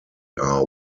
are